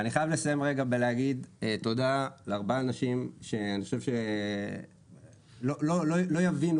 ואני חייב לסיים רגע בלהגיד תודה לארבעה האנשים שאני חושב שלא יבינו